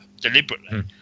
deliberately